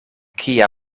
kia